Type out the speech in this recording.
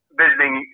visiting